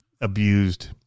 abused